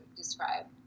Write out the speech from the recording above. describe